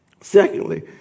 secondly